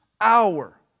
hour